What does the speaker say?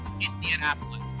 indianapolis